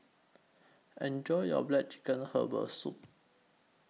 Enjoy your Black Chicken Herbal Soup